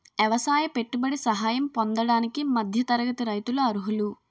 ఎవసాయ పెట్టుబడి సహాయం పొందడానికి మధ్య తరగతి రైతులు అర్హులు